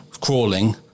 crawling